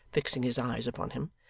fixing his eyes upon him,